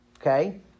okay